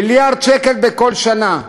1 מיליארד שקל בכל שנה.